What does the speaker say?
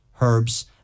herbs